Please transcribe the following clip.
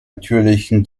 natürlichen